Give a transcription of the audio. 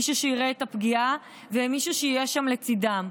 מישהו שיראה את הפגיעה ומישהו שיהיה שם לצידם.